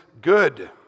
good